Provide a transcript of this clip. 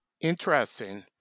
Interesting